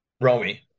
Romy